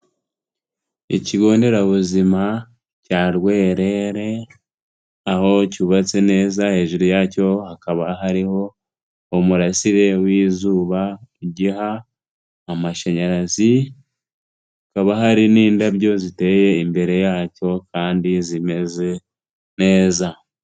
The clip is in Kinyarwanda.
Ikigo nderabuzima cya Rwerere, aho cyubatse neza hejuru yacyo hakaba hariho umurasire w'izuba ugiha amashanyarazi, hakaba hari n'indabyo ziteye imbere yacyo kandi zimeze neza.